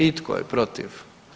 I tko je protiv?